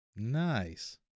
Nice